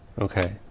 Okay